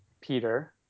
peter